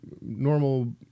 normal